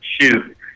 Shoot